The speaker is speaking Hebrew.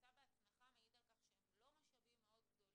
שאתה בעצמך מעיד על כך שהם לא משאבים מאוד גדולים,